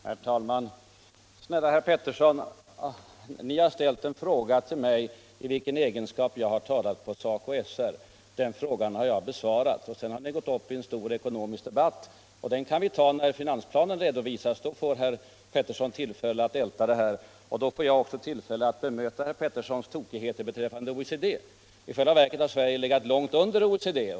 Herr talman! Snälla herr Peterson, ni har till mig ställt en fråga i vilken egenskap jag har talat inför SACO/SR. Den frågan har jag besvarat. Sedan har ni gått in i en stor ekonomisk debatt. Den kan vi ta när finansplanen redovisas. Då får herr Peterson tillfälle att älta detta, och då får jag också tillfälle att bemöta herr Petersons tokigheter beträffande OECD. I själva verket har Sverige legat långt under OECD.